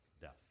death